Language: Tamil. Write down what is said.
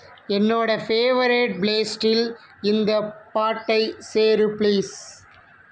என்னோட பேவரைட் பிளேலிஸ்ட்டில் இந்த பாட்டை சேர் பிளீஸ்